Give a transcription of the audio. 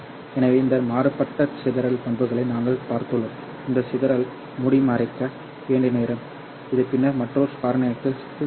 எனவே இந்த மாறுபட்ட சிதறல் பண்புகளை நாங்கள் பார்த்துள்ளோம் இந்த சிதறலை மூடிமறைக்க வேண்டிய நேரம் இது பின்னர் மற்றொரு காரணிக்குச் செல்லுங்கள்